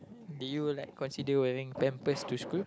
did you like consider wearing pampers to school